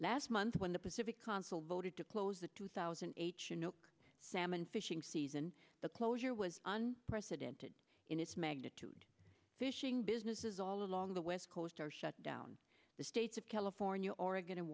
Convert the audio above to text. last month when the pacific consul voted to close the two thousand salmon fishing season the closure was on precedented in its magnitude fishing businesses all along the west coast are shut down the states of california oregon and